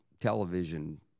television